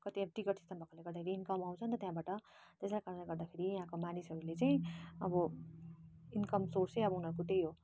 कति अब ticket system भएकोले गर्दाखेरि इन्कम आउँछ नि त त्यहाँबाट त्यसै कारणले गर्दाखेरि यहाँको मानिसहरूले चाहिँ अब इन्कम सोर्स चाहिँ उनीहरूको अब त्यही हो